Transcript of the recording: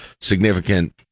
significant